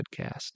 podcast